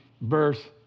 verse